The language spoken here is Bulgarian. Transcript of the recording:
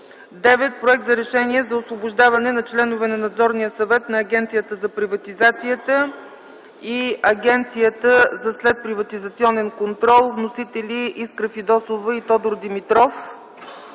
9. Проект за решение за освобождаване на членове на Надзорния съвет на Агенцията за приватизация и Агенцията за следприватизационен контрол. Вносители: Искра Фидосова и Тодор Димитров.